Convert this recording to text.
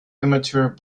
immature